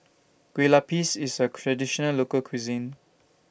Kueh Lapis IS A Traditional Local Cuisine